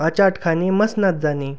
अचाट खाणे मसणात जाणे